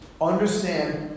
Understand